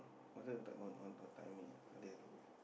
was it a third on on on timing ah uh there